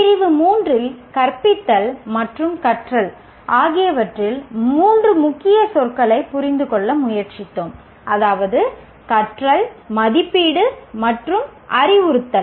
பிரிவு 3 இல் கற்பித்தல் மற்றும் கற்றல் ஆகியவற்றில் 3 முக்கிய சொற்களைப் புரிந்துகொள்ள முயற்சித்தோம் அதாவது கற்றல் மதிப்பீடு மற்றும் அறிவுறுத்தல்